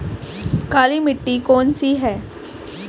काली मिट्टी कौन सी है?